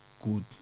good